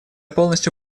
полностью